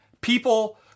people